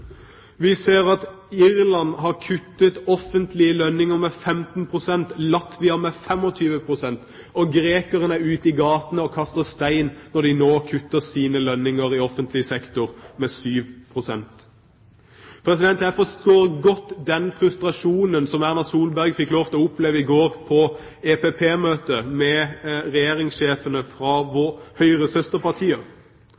Vi ser at Irland har kuttet offentlige lønninger med 15 pst., Latvia med 25 pst. – og grekerne er ute i gatene og kaster stein når de nå kutter sine lønninger i offentlig sektor med 7 pst. Jeg forstår godt den frustrasjonen som Erna Solberg opplevde i går på EPP-møtet med regjeringssjefer fra